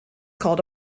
called